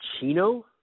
Chino